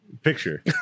picture